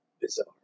bizarre